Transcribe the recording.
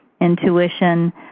intuition